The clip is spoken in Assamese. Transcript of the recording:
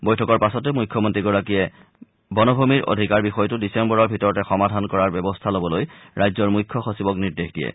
বৈঠকৰ পাছতে মুখ্যমন্ত্ৰী গৰাকীয়ে বনভূমিৰ অধিকাৰ বিষয়টো ডিচেম্বৰৰ ভিতৰতে সমাধান কৰাৰ ব্যৱস্থা লবলৈ ৰাজ্যৰ মুখ্য সচিবক নিৰ্দেশ দিয়ে